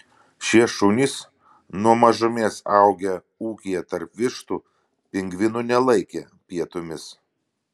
šie šunys nuo mažumės augę ūkyje tarp vištų pingvinų nelaikė pietumis